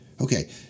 Okay